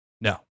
no